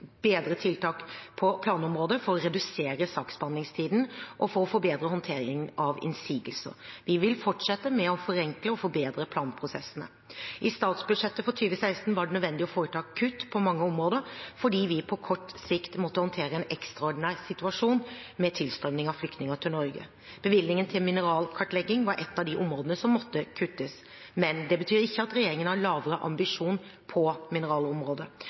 bedre tiltak på planområdet for å redusere saksbehandlingstiden og for å forbedre håndteringen av innsigelser. Vi vil fortsette med å forenkle og forbedre planprosessene. I statsbudsjettet for 2016 var det nødvendig å foreta kutt på mange områder, fordi vi på kort sikt måtte håndtere en ekstraordinær situasjon med tilstrømning av flyktninger til Norge. Bevilgningen til mineralkartlegging var et av de områdene som måtte kuttes, men det betyr ikke at regjeringen har lavere ambisjon på mineralområdet.